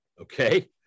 Okay